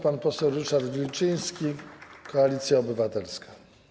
Pan poseł Ryszard Wilczyński, Koalicja Obywatelska.